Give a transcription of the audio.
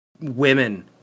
women